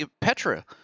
Petra